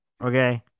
Okay